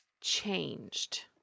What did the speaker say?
changed